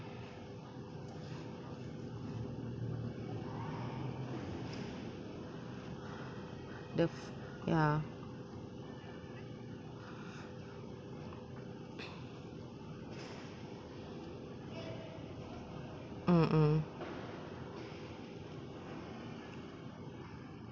the ya mm mm